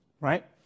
right